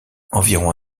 environ